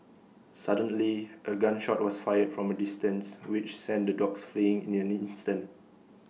suddenly A gun shot was fired from A distance which sent the dogs fleeing in an instant